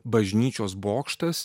bažnyčios bokštas